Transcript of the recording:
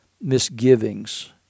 misgivings